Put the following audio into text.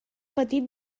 patit